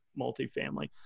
multifamily